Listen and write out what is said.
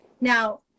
now